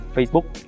Facebook